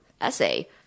essay